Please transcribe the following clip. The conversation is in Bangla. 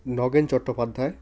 নগেন চট্টোপাধ্যায়